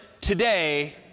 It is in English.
today